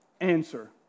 answer